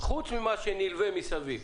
חוץ ממה שנלווה מסביב?